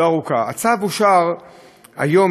לא ארוכה: הצו אושר היום,